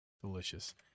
delicious